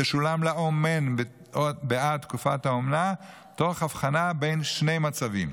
תשולם לאומן בעד תקופת האומנה תוך הבחנה בין שני מצבים: